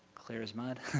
clear as mud.